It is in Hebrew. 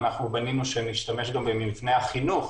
רציני להשתמש במבני החינוך,